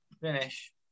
Finish